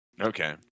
Okay